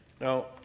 Now